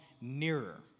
nearer